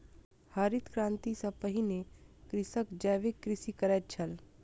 हरित क्रांति सॅ पहिने कृषक जैविक कृषि करैत छल